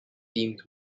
themed